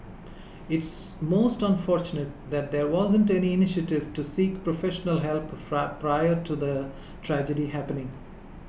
it's most unfortunate that there wasn't any initiative to seek professional help prior to the tragedy happening